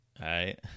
right